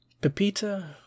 Pepita